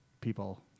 people